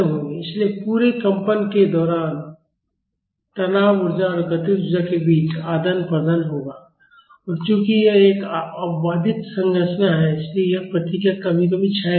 इसलिए पूरे कंपन के दौरान तनाव ऊर्जा और गतिज ऊर्जा के बीच आदान प्रदान होगा और चूंकि यह एक अबाधित संरचना है इसलिए यह प्रतिक्रिया कभी क्षय नहीं होगी